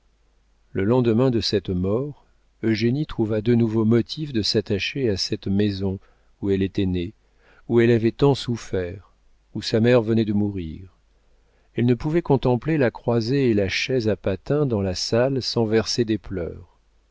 le lendemain de cette mort eugénie trouva de nouveaux motifs de s'attacher à cette maison où elle était née où elle avait tant souffert où sa mère venait de mourir elle ne pouvait contempler la croisée et la chaise à patins dans la salle sans verser des pleurs